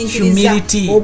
humility